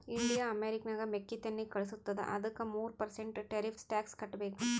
India ಅಮೆರಿಕಾಗ್ ಮೆಕ್ಕಿತೆನ್ನಿ ಕಳುಸತ್ತುದ ಅದ್ದುಕ ಮೂರ ಪರ್ಸೆಂಟ್ ಟೆರಿಫ್ಸ್ ಟ್ಯಾಕ್ಸ್ ಕಟ್ಟಬೇಕ್